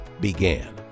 Began